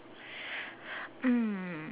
um